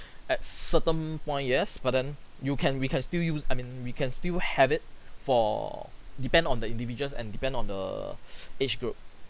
at certain point yes but then you can we can still use I mean we can still have it for depend on the individuals and depend on the age group